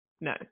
no